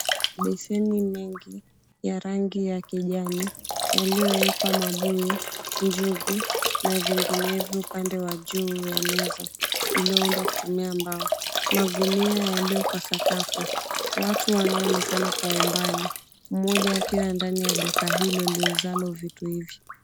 Mabeseni mengi ya rangi ya kijani yaliyowekwa mabuyu, njugu na vinginevyo upande wa juu ya meza iliyoundwa kutumia mbao, magunia yaliyo kwenye sakafu, watu wanaoonekana kwa umbali mmoja akiwa ndani ya duka hilo liuzalo vitu hivi.